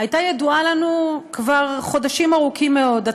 הייתה ידועה לנו כבר חודשים ארוכים מאוד.